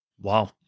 Wow